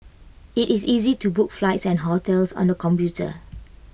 IT is easy to book flights and hotels on the computer